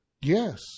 yes